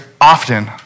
often